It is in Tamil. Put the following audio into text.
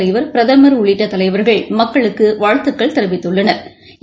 தலைவா பிரதமா உள்ளிட்டதலைவாகள் மக்களுக்குவாழ்த்துகள் தெரிவித்துள்ளனா